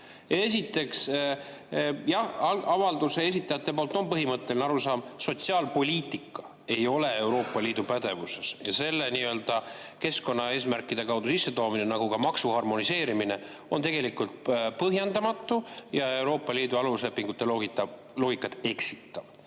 Esiteks, jah, avalduse esitajatel on põhimõtteline arusaam, et sotsiaalpoliitika ei ole Euroopa Liidu pädevuses ja selle nii-öelda keskkonnaeesmärkide kaudu sissetoomine, nagu ka maksu harmoneerimine, on tegelikult põhjendamatu ja Euroopa Liidu aluslepingute loogikat eksitav. Teiseks